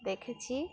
দেখেছি